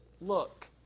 look